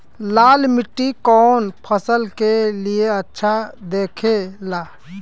लाल मिट्टी कौन फसल के लिए अच्छा होखे ला?